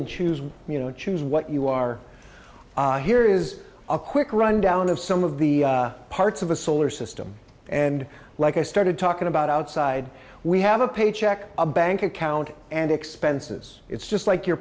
and choose you know choose what you are here is a quick rundown of some of the parts of a solar system and like i started talking about outside we have a paycheck a bank account and expenses it's just like your